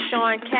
Sean